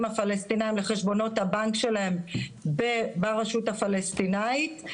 הפלסטינים לחשבונות הבנק שלהם ברשות הפלסטינית.